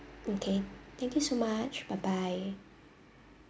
okay thank you so much bye bye